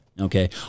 Okay